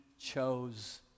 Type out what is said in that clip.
chose